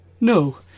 No